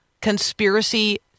conspiracy